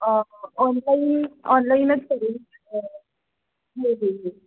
online ऑनलाईनच